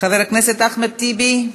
חבר הכנסת אחמד טיבי,